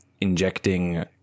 injecting